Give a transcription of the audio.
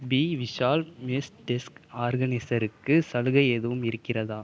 B Vishal mesh desk ஆர்கனிசருக்கு சலுகை எதுவும் இருக்கிறதா